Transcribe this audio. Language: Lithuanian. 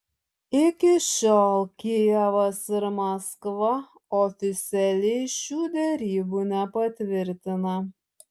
iki šiol kijevas ir maskva oficialiai šių derybų nepatvirtina